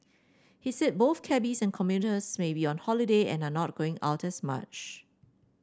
he said both cabbies and commuters may be on holiday and are not going out as much